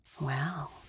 Wow